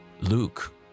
Luke